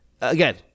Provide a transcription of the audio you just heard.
again